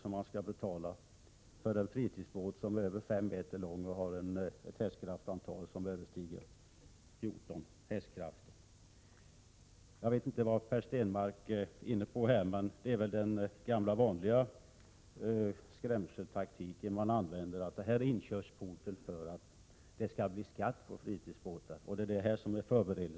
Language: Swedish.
som man skall betala för att registrera en fritidsbåt av över fem meters längd och med en motor som överstiger 14 hk. Jag vet inte vad Per Stenmarck är ute efter här. Det är väl den gamla vanliga skrämseltaktiken, att detta register är inkörsporten för en skatt på fritidsbåtar.